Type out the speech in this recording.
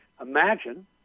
imagine